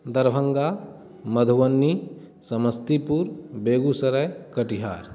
Darbhanga Madhubani Samastipur Begusarai Katihar